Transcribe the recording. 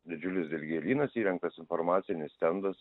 didžiulis dilgėlynas įrengtas informacinis stendas